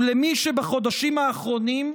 ולמי שבחודשים האחרונים,